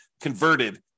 converted